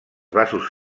vasos